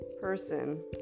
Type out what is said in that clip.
person